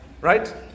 right